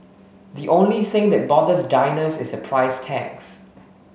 the only thing that bothers diners is the price tags